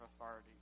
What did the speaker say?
authority